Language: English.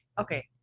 Okay